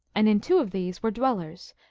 and in two of these were dwellers,